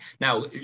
Now